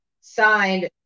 Signed